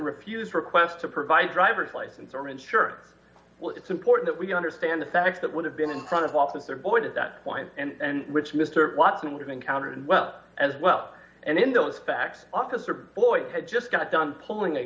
refuse requests to provide driver's license or insurance well it's important we understand the facts that would have been in front of officer boyd at that point and which mr watson would have encountered well as well and then those facts officer boy had just got done pulling a